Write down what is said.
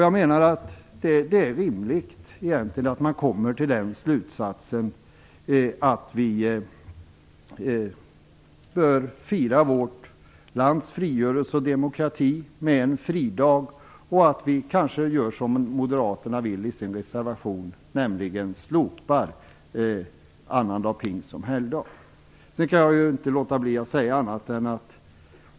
Jag menar att det vore rimligt att komma till slutsatsen att vi bör fira vårt lands frigörelse och demokrati med en fridag och kanske göra som moderaterna skriver i sin reservation, nämligen slopa annandag pingst som helgdag.